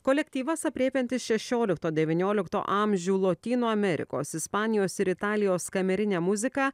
kolektyvas aprėpiantis šešiolikto devyniolikto amžių lotynų amerikos ispanijos ir italijos kamerinę muziką